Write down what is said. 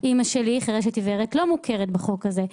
אימא שלי חירשת עיוורת לא מוכרת בחוק הזה.